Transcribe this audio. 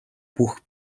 бүх